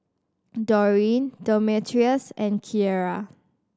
Dorene Demetrios and Kierra